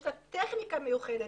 יש לה טכניקה מיוחדת,